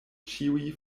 ĉiuj